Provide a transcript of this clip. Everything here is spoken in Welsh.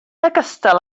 ogystal